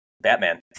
Batman